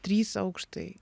trys aukštai